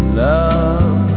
love